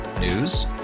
News